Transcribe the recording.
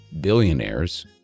billionaires